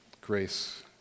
grace